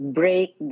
break